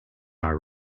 are